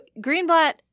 Greenblatt